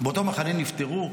באותו מחנה נפטרו,